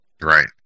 Right